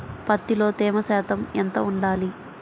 పత్తిలో తేమ శాతం ఎంత ఉండాలి?